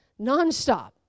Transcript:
nonstop